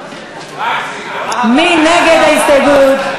מי נגד ההסתייגות?